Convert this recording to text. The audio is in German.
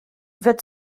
wird